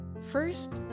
First